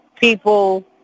people